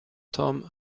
tom